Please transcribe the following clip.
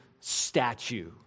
statue